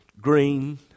green